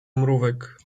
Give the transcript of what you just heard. mrówek